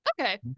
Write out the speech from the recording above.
Okay